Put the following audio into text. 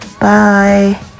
Bye